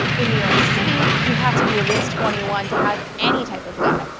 in new york city, you have to be at least twenty one to have any type of gun.